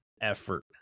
effort